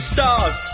Stars